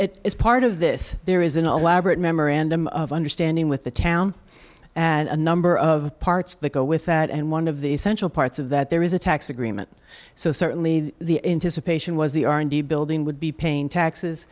as part of this there is an elaborate memorandum of understanding with the town and a number of parts that go with that and one of the essential parts of that there is a tax agreement so certainly the intice a patient was the r and d building would be paying taxes